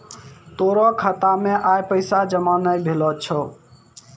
तोरो खाता मे आइ पैसा जमा नै भेलो छौं